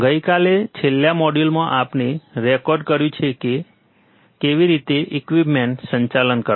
ગઇકાલે છેલ્લા મોડ્યુલમાં આપણે રેકોર્ડ કર્યું છે કેવી રીતે ઈક્વિપમેંટ સંચાલન કરવા